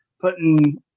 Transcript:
putting